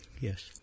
yes